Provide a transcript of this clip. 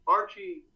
Archie